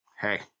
Hey